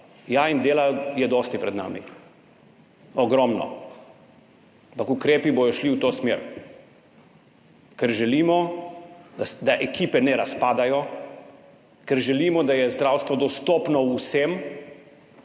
Ja, pred nami je dosti dela, ogromno, ampak ukrepi bodo šli v to smer, ker želimo, da ekipe ne razpadajo, ker želimo, da je zdravstvo dostopno vsem,